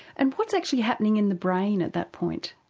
and what's actually happening in the brain at that point?